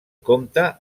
compte